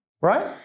Right